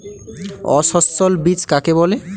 অসস্যল বীজ কাকে বলে?